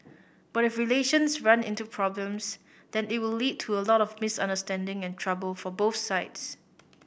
but if relations run into problems then it will lead to a lot of misunderstanding and trouble for both sides